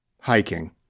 hiking